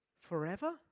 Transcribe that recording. Forever